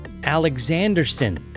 Alexanderson